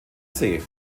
see